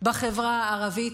בחברה הערבית,